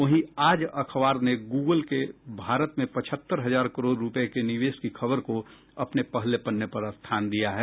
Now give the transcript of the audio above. वहीं आज अखबार ने गूगल के भारत में पचहत्तर हजार करोड़ रूपये के निवेश की खबर को अपने पहले पन्ने पर स्थान दिया है